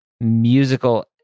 musical